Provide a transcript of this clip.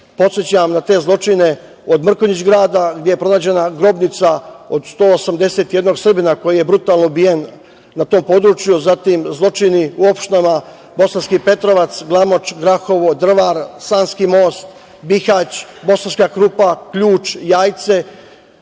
Podsećam na te zločine, od Mrkonjić grada gde je pronađena grobnica od 181 Srbija koji je brutalno ubijen na tom području, zatim zločini u opštinama Bosanski petrovac, Glamoč, Grahovo, Drvar, Sanski most, Bihać, Bosanska krupa, Ključ, Jajce.